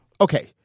Okay